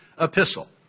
epistle